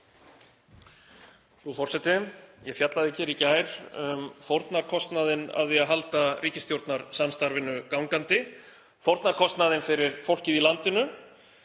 Frú forseti. Ég fjallaði hér í gær um fórnarkostnaðinn af því að halda ríkisstjórnarsamstarfinu gangandi, fórnarkostnaðinn fyrir fólkið í landinu